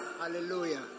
Hallelujah